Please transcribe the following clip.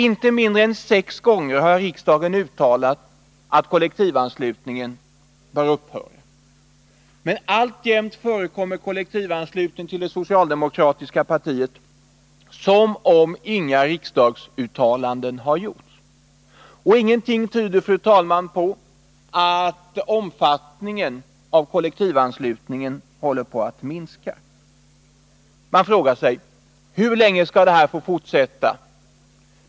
Inte mindre än sex gånger har riksdagen uttalat att kollektivanslutningen bör upphöra. Men alltjämt förekommer kollektivanslutning till det socialdemokratiska partiet som om inga riksdagsuttalanden hade gjorts. Ingenting tyder på att omfattningen av kollektivanslutningen håller på att minska. Man frågar sig: Hur länge skall detta få fortsätta?